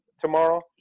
Tomorrow